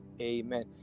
amen